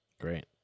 Great